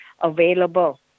available